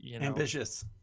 ambitious